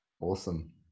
Awesome